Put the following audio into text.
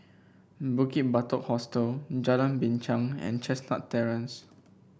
Bukit Batok Hostel Jalan Binchang and Chestnut Terrace